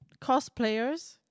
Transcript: cosplayers